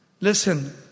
Listen